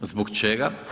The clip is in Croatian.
Zbog čega?